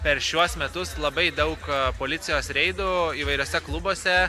per šiuos metus labai daug policijos reidų įvairiuose klubuose